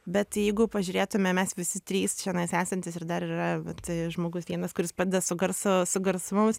bet jeigu pažiūrėtume mes visi trys čionais esantys ir dar yra vat žmogus vienas kuris padeda su garsu su garsu mums